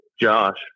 Josh